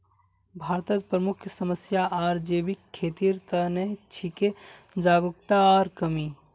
भारतत प्रमुख समस्या आर जैविक खेतीर त न छिके जागरूकतार कमी